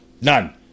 None